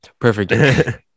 Perfect